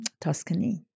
Tuscany